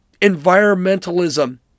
environmentalism